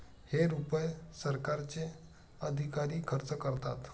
हे रुपये सरकारचे अधिकारी खर्च करतात